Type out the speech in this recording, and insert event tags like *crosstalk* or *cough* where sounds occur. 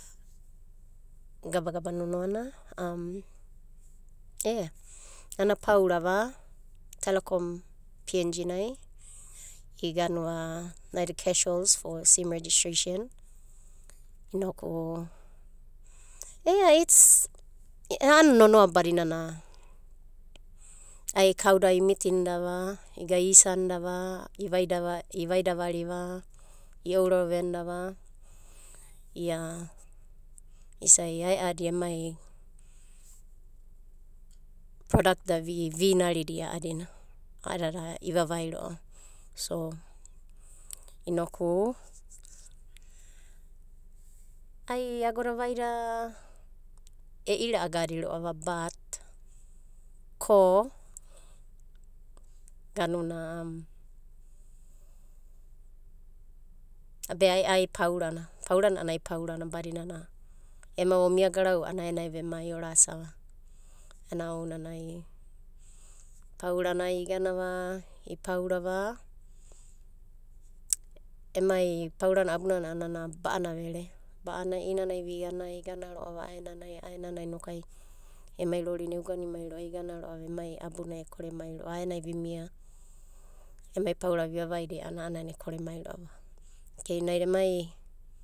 Gabagaba nonoana nana apaurava ea, nana apaurava telekom PNG nai 0 naida kesols fo sim registreisen inoku ea a'ana nonoa badinana ai kauda imitindava iga isanidava, ivaida ivaidavariva iourarovenda va ia isa'i ae'adi emai prodak da vinarida a'adina a'adada ivavai ro'ava. inoku ai agoda vaida e'ira'a gadi ro'ava badina bat ko *hesitation* be ai paurana, paurana a'anai paurana. Ema vomia garau a'ana aenai ai vemai a'ana ounanai paurana iganava ipaurava emai paurana abunana ba'ana vere. Ba'ana i'inanai viga iganaro'a a'aenanai inokai ema rorina euganimai igana ro'ava emai abunai ekoremai ro'ava. Aenai vimia emai paurada vivavai a'ananai ekoremai ro'ava. Okev naida emai.